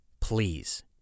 Please